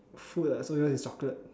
food ah so yours is chocolate